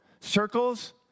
Circles